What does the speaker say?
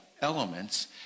elements